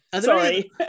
Sorry